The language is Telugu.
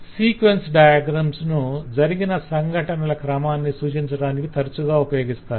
సీక్వెన్స్ డయాగ్రమ్ ను జరిగిన సంఘటనల క్రమాన్ని సూచించటానికి తరచుగా ఉపయోగిస్తారు